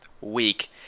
week